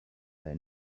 they